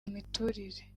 imiturire